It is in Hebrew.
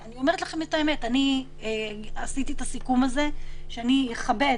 אני אומרת לכם את האמת: אני עשיתי את הסיכום הזה שאני אכבד,